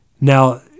Now